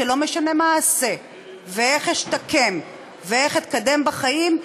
שלא משנה מה אעשה ואיך אשתקם ואיך אתקדם בחיים,